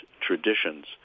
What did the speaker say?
traditions